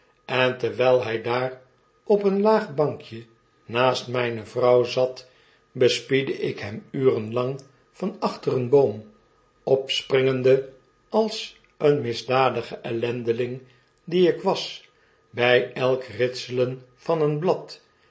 en terwijl hij daar op een laag bankje naast mijne vrouw zat bespiedde ikhemuren lang van achter een boom opspringende als een misdadige ellendeling die ik was bij elk ritselen van een blad